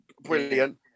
brilliant